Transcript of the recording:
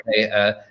okay